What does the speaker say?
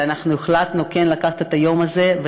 אבל אנחנו החלטנו כן לקחת את היום הזה,